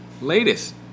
latest